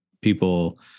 people